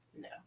no